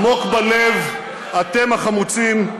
עמוק בלב אתם, החמוצים,